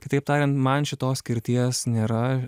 kitaip tariant man šitos skirties nėra